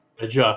adjust